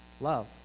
love